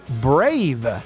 brave